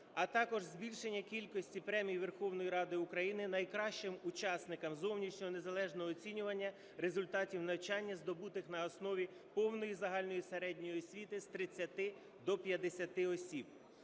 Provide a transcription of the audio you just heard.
а також збільшення кількості премій Верховної Ради України найкращим учасникам зовнішнього незалежного оцінювання результатів навчання, здобутих на основі повної загальної середньої освіти з 30 до 50 осіб.